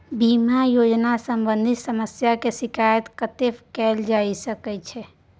बीमा योजना सम्बंधित समस्या के शिकायत कत्ते कैल जा सकै छी?